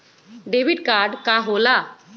Debit card की होला?